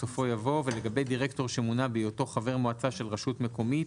בסופו יבוא "ולגבי דירקטור שמונה בהיותו חבר מועצה של רשות מקומית,